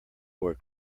were